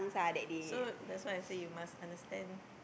so that's why I say you must understand